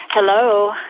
Hello